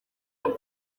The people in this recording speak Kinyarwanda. nari